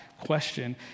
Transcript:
question